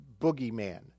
Boogeyman